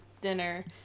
dinner